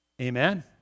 Amen